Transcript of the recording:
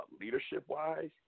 leadership-wise